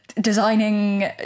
designing